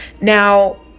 now